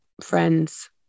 friends